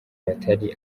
abatari